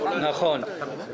רגע, בסדר, בכל הכבוד.